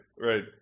Right